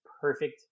perfect